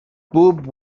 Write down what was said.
بوب